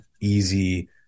easy